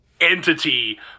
entity